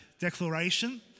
declaration